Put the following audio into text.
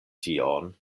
tion